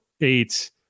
eight